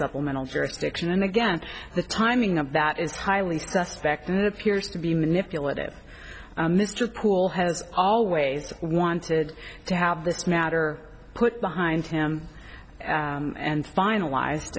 supplemental jurisdiction and again the timing of that is highly suspect and appears to be manipulative mr poole has always wanted to have this matter put behind him and finalized